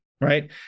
right